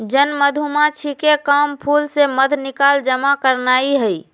जन मधूमाछिके काम फूल से मध निकाल जमा करनाए हइ